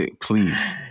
please